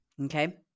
Okay